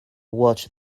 watch